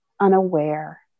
unaware